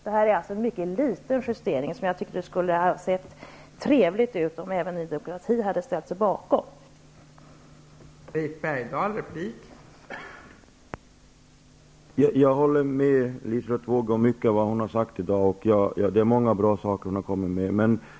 Det är fråga om en liten justering, och det skulle ha sett trevligt ut om även Ny demokrati ställt sig bakom den.